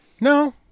No